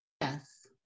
Yes